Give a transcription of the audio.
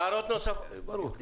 ברור.